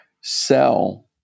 sell